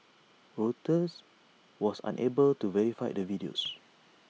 Reuters was unable to verify the videos